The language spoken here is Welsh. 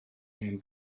hen